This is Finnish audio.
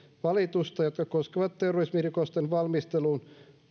valitusta jotka koskevat terrorismirikosten valmisteluun